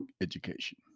education